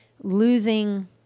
losing